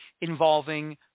involving